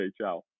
Ciao